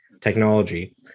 technology